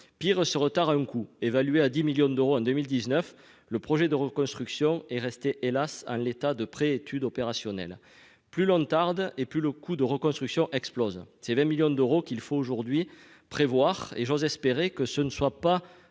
Pire, ce retard à un coût, évalué à 10 millions d'euros en 2019. Le projet de reconstruction est resté, hélas ! à l'état de pré-étude opérationnelle. Plus on tarde et plus le coût de reconstruction explose : c'est 20 millions d'euros qu'il faut aujourd'hui prévoir. J'ose espérer qu'il n'y a pas